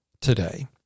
today